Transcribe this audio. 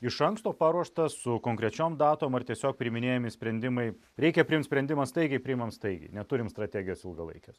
iš anksto paruoštas su konkrečiom datom ar tiesiog priiminėjami sprendimai reikia priimt sprendimą staigiai priimam staigiai neturim strategijos ilgalaikės